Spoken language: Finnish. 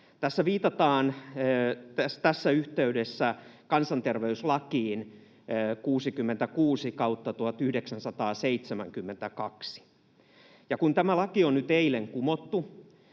Tässä viitataan tässä yhteydessä kansanterveyslakiin 66/1972, ja kun tämä laki on nyt eilen kumottu,